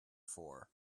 for